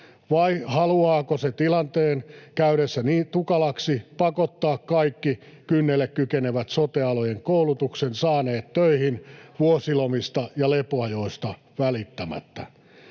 vai haluaako se tilanteen käydessä niin tukalaksi pakottaa kaikki kynnelle kykenevät sote-alojen koulutuksen saaneet töihin vuosilomista ja lepoajoista välittämättä.